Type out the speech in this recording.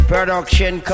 Production